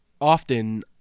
often